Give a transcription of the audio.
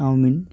chowmein